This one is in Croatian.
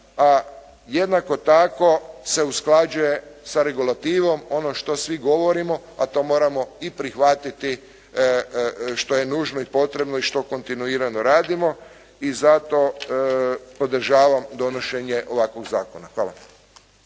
a jednako tako se usklađuje sa regulativom ono što svi govorimo, a to moramo i prihvatiti što je nužno i potrebno i što kontinuirano radimo i zato podržavam donošenje ovakvog zakona. Hvala.